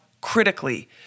critically